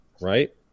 right